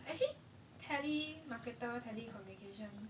actually tele marketer communication